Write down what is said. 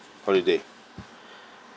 holiday